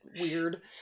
weird